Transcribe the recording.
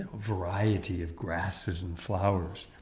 variety of grasses and flowers.